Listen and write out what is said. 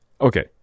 Okay